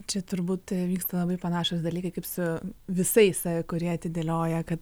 čia turbūt vyksta labai panašūs dalykai kaip su visais kurie atidėlioja kad